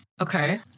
Okay